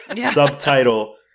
Subtitle